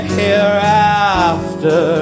hereafter